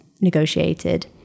negotiated